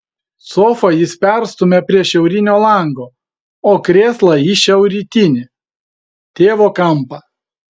sofą jis perstumia prie šiaurinio lango o krėslą į šiaurrytinį tėvo kampą